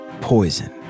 poison